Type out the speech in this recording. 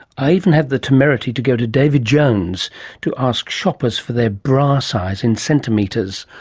i even had the temerity to go to david jones to ask shoppers for their bra size in centimetres.